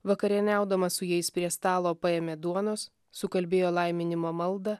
vakarieniaudamas su jais prie stalo paėmė duonos sukalbėjo laiminimo maldą